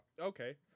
okay